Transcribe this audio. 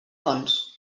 fonts